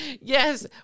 Yes